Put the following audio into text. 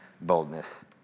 boldness